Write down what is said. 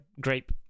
grape